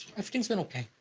everything's been okay.